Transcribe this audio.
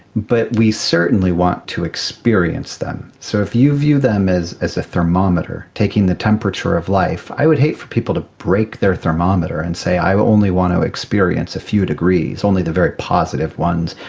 but we certainly want to experience them. so if you view them as a thermometer, taking the temperature of life, i would hate for people to break their thermometer and say i only want to experience a few degrees, only the very positive ones,